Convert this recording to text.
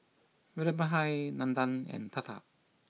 Vallabhbhai Nandan and Tata